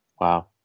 Wow